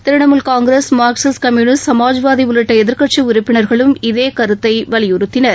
Trinamool Congress Marxist Communist Samajwadi உள்ளிட்ட எதிர்க்கட்சி உறுப்பினர்களும் இதே கருத்தை வலியுறுத்தினர்